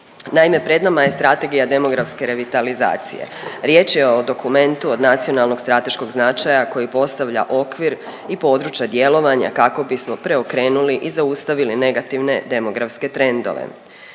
Naime, pred nama je Strategija demografske revitalizacije. Riječ je o dokumentu od nacionalnog strateškog značaja koji postavlja okvir i područja djelovanja kako bismo preokrenuli i zaustavili negativne demografske trendove.